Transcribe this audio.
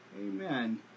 Amen